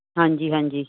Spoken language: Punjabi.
ਹਾਂਜੀ ਹਾਂਜੀ